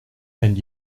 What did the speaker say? and